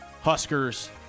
Huskers